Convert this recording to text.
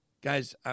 guys